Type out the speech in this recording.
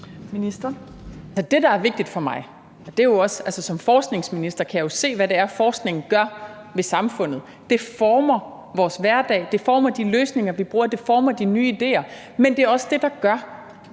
Halsboe-Jørgensen): Jeg kan jo som forskningsminister se, hvad forskningen gør ved samfundet. Den former vores hverdag, den former de løsninger, vi bruger, og den former de nye idéer. Men det er også det, der gør,